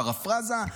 פרפראזה,